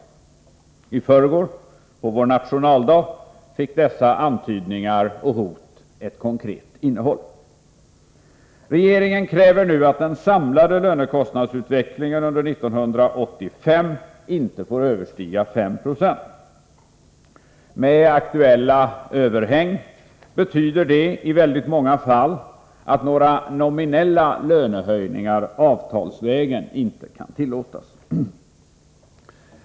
I förrgår, på vår nationaldag, fick dessa antydningar och hot ett konkret innehåll. Regeringen kräver nu att den samlade lönekostnadsutvecklingen under 1985 inte får överstiga 5 90. Med aktuella överhäng betyder det i väldigt många fall att några nominella lönehöjningar avtalsvägen inte kan tillåtas.